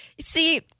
See